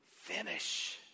finish